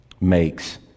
makes